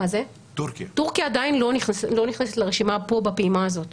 טורקיה עדיין לא נכנסת לרשימה בפעימה הזאת.